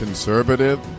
Conservative